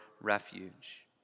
refuge